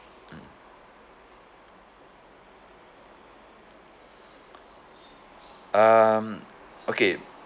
mm um okay